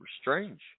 strange